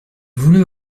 voulut